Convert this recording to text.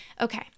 Okay